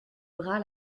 bras